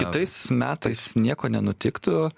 kitais metais nieko nenutiktų